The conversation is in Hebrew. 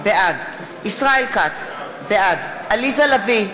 בעד ישראל כץ, בעד עליזה לביא,